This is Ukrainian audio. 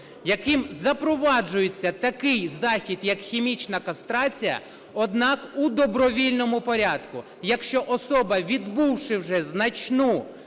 яким запроваджується такий захід, як хімічна кастрація, однак у добровільному порядку, якщо особа, відбувши вже значний